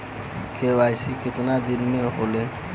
KYC कितना दिन में होले?